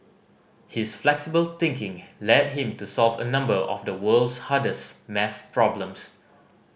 his flexible thinking led him to solve a number of the world's hardest maths problems